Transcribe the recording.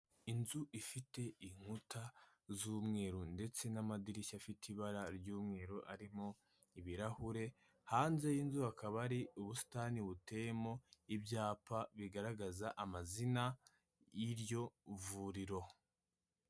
Inzu ifite inkuta z'umweru ndetse n'amadirishya afite ibara ry'umweru arimo ibirahure, hanze y'inzu hakaba hari ubusitani buteyemo ibyapa bigaragaza amazina y'iryo vuriro.